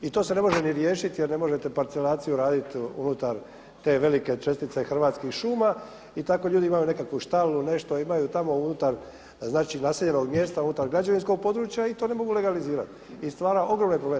I to se ne može ni riješiti jer ne možete parcelaciju raditi unutar te velike čestite Hrvatskih šuma i tako ljudi imaju nekakvu štalu, nešto imaju tamo unutar znači naseljenog mjesta, unutar građevinskog područja i to ne mogu legalizirati i stvara ogromne probleme.